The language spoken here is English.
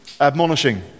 admonishing